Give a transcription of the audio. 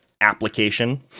application